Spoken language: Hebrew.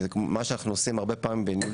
מה שאנחנו עושים הרבה פעמים בניהול